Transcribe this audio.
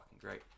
great